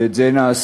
ואת זה נעשה.